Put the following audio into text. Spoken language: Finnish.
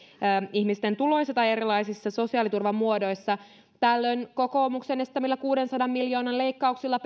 ihmisten tuloissa tai erilaisissa sosiaaliturvamuodoissa tällöin voidaan laskennallisesti sanoa että kokoomuksen esittämillä kuudensadan miljoonan leikkauksilla